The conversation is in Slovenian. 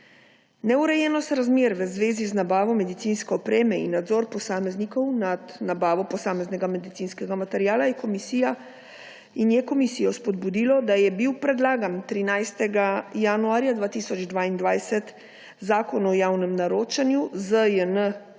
Neurejenost razmer v zvezi z nabavo medicinske opreme in nadzor posameznikov nad nabavo posameznega medicinskega materiala je komisijo spodbudilo, da je bil predlagan 13. januarja 2022 Zakon o javnem naročanju,